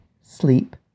sleep